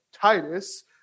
Titus